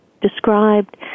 described